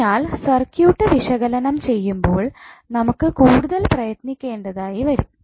ഇതിനാൽ സർക്യൂട്ട് വിശകലനം ചെയ്യുമ്പോൾ നമുക്ക് കൂടുതൽ പ്രയത്നിക്കേണ്ടതായി വരും